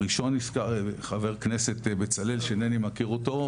הראשון הזכיר חבר הכנסת בצלאל שאינני מכיר אותו,